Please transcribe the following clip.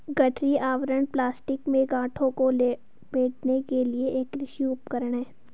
गठरी आवरण प्लास्टिक में गांठों को लपेटने के लिए एक कृषि उपकरण है